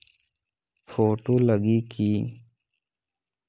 Photo लगी कि?